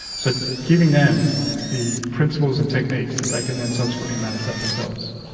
so giving them the principles and techniques that they can then subsequently manage that themselves.